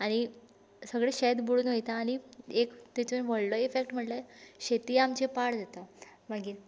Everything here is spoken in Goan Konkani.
आनी सगळें शेत बुडून वयता आनी एक ताचो व्हडलो इफॅक्ट म्हणल्यार शेती आमचें पाड जाता मागीर